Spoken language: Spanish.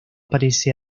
parece